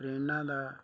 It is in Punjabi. ਟ੍ਰੇਨਾਂ ਦਾ